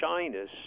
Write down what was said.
shyness